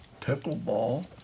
pickleball